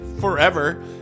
forever